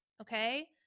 okay